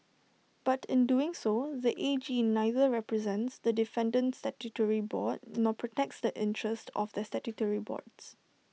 but in doing so the A G neither represents the defendant statutory board nor protects the interests of the statutory board